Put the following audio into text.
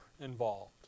involved